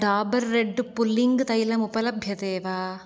Dabur red pulling तैलम् उपलभ्यते वा